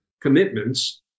commitments